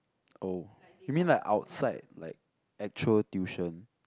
orh you mean like outside like actual tuition